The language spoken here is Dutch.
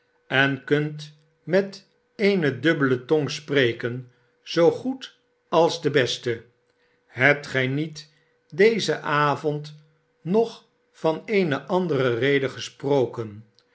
sen kunt met eene dubbele tong spreken zoo goed als de beste hebt gij niet dezen avond nog van eene andere reden gesproken